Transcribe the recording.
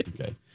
Okay